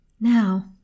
Now